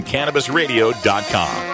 CannabisRadio.com